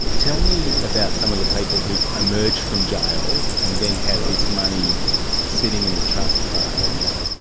tell me about some of the people who have emerged from jail and then had this money sitting in the trust fund,